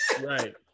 Right